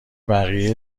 بقیه